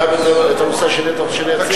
גם את הנושא השני אתה רוצה שאני אציג?